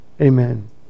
Amen